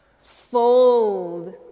Fold